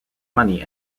money